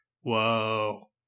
Whoa